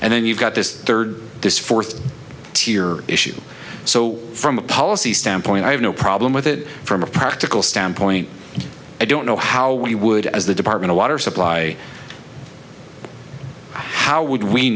and then you've got this third this fourth tier issue so from a policy standpoint i have no problem with it from a practical standpoint i don't know how we would as the department of water supply how would we